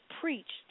preached